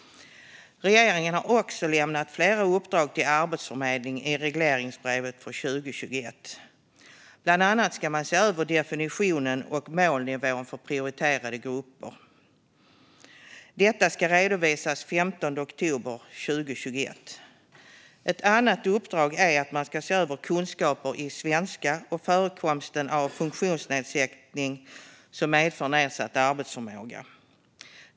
Regeringen har också lämnat flera uppdrag till Arbetsförmedlingen i regleringsbrevet för 2021. Bland annat ska man se över definitionen av och målnivån för prioriterade grupper. Detta ska redovisas senast den 15 oktober 2021. Ett annat uppdrag är att man ska se över kunskaper i svenska och förekomsten av funktionsnedsättning som medför nedsatt arbetsförmåga.